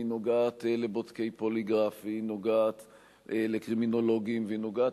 היא נוגעת לבודקי פוליגרף והיא נוגעת לקרימינולוגים והיא נוגעת